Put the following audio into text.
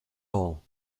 all